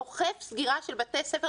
אוכף סגירה של בתי ספר,